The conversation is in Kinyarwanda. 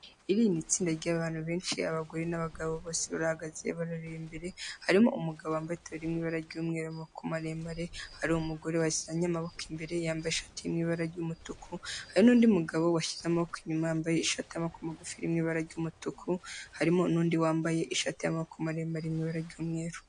Iri ni itsinda ry'abantu benshi abagore n'abagabo bose bahagaze barareba imbere, harimo umugabo wambaye itaburiya iri mu ibara ry'umweru y'amavuko maremare, hari umugore washyize amaboko imbere yambaye ishati iri mu ibara ry'umutuku, hari n'undi mugabo washyize amaboko inyuma yambaye ishati y'amavuko magufi iri mu ibara ry'umutuku, harimo n'undi wambaye ishati y'amaboko maremare iri mu ibara ry'umweru.